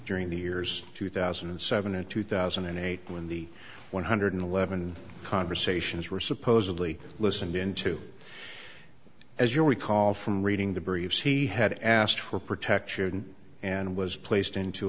during the years two thousand and seven and two thousand and eight when the one hundred in the low evan conversations were supposedly listened into as you recall from reading the briefs he had asked for protection and was placed into